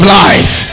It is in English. life